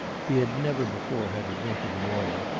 he had never before had a drink in the morning,